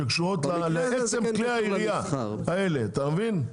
שקשורות לעצם כלי הירייה האלה אתה מבין?